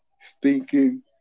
stinking